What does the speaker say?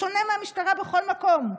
בשונה מהמשטרה בכל מקום,